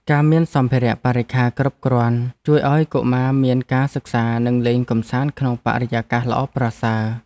ការមានសម្ភារៈបរិក្ខារគ្រប់គ្រាន់ជួយឱ្យកុមារមានឱកាសសិក្សានិងលេងកម្សាន្តក្នុងបរិយាកាសល្អប្រសើរ។